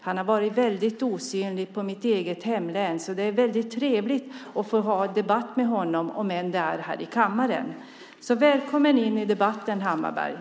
Han har varit väldigt osynlig i mitt eget hemlän, så det är väldigt trevligt att få föra debatt med honom, om än det är här i kammaren. Välkommen in i debatten, Hammarbergh!